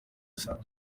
cyose